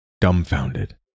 dumbfounded